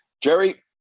Jerry